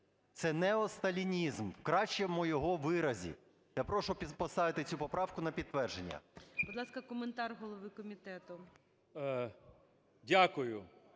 це неосталінізм в кращому його виразі. Я прошу поставити цю поправку на підтвердження. ГОЛОВУЮЧИЙ. Будь ласка, коментар голови комітету.